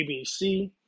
ABC